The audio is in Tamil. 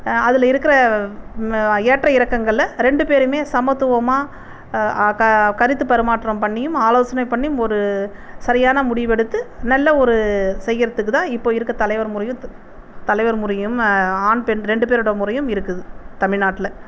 அதில் இருக்கிற ஏற்ற இறக்கங்களை ரெண்டு பேருமே சமத்துவமாக க கருத்து பரிமாற்றம் பண்ணியும் ஆலோசனை பண்ணியும் ஒரு சரியான முடிவெடுத்து நல்ல ஒரு செய்கிறத்துக்குதான் இப்போ இருக்க தலைவர் முறையும் த் தலைவர் முறையும் ஆண் பெண் ரெண்டு பேரோட முறையும் இருக்குது தமிழ் நாட்டில்